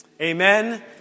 Amen